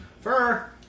Fur